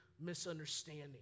misunderstanding